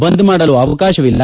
ಬಂದ್ ಮಾಡಲು ಅವಕಾಶವಿಲ್ಲ